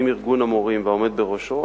עם ארגון המורים והעומד בראשו,